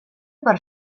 per